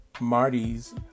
marty's